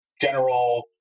general